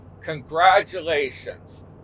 Congratulations